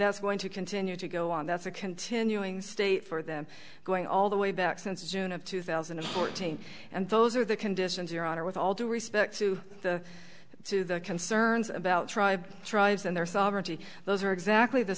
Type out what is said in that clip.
that's going to continue to go on that's a continuing state for them going all the way back since june of two thousand and fourteen and those are the conditions your honor with all due respect to the to the concerns about tribe tribes and their sovereignty those are exactly the